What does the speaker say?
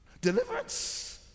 Deliverance